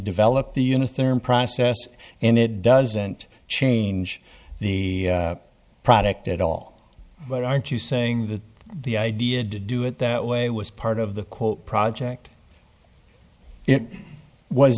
developed the unit therm process and it doesn't change the product at all but aren't you saying that the idea to do it that way was part of the quote project it was